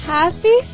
Happy